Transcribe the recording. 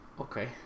Okay